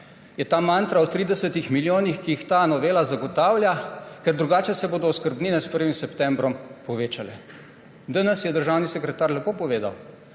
je ta mantra o 30 milijonih, ki jih ta novela zagotavlja, ker drugače se bodo oskrbnine s 1. septembrom povečale. Danes je državni sekretar lepo povedal,